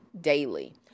daily